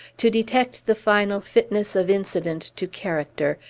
to detect the final fitness of incident to character,